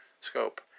scope